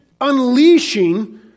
unleashing